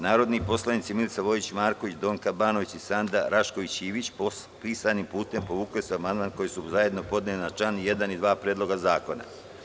Narodne poslanice Milica Vojić Marković, Donka Banović i Sanda Rašković Ivić, pisanim putem povukle su amandmane koje su zajedno podnele na članove 1. i 2. Predloga zakona.